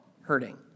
hurting